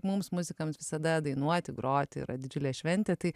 mums muzikams visada dainuoti groti yra didžiulė šventė tai